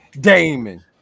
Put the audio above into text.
Damon